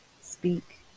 speak